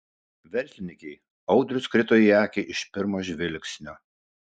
verslininkei audrius krito į akį iš pirmo žvilgsnio